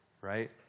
right